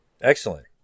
Excellent